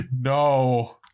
No